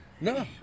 No